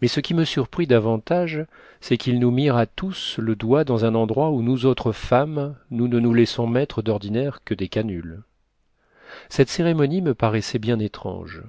mais ce qui me surprit davantage c'est qu'ils nous mirent à tous le doigt dans un endroit où nous autres femmes nous ne nous laissons mettre d'ordinaire que des canules cette cérémonie me paraissait bien étrange